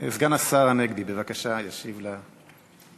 סגן השר הנגבי, בבקשה, ישיב למציעים.